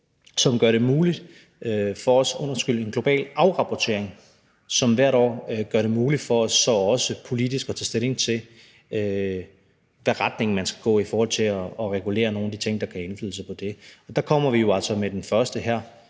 om, at der hvert år skal laves en global afrapportering, som gør det muligt for os hvert år politisk at tage stilling til, i hvilken retning man skal gå i forhold til at regulere nogle af de ting, der kan have indflydelse på det. Og der kommer vi jo altså med den første her